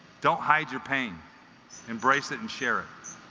don't hide your pain embrace it and share it